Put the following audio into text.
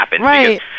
Right